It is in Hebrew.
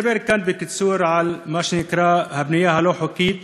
אני אדבר כאן בקיצור על מה שנקרא הבנייה הלא-חוקית,